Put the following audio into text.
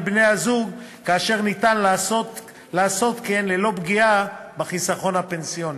בני-הזוג כאשר אפשר לעשות כן ללא פגיעה בחיסכון הפנסיוני.